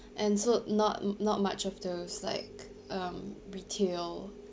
and so not not much of those like um retail